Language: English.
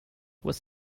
was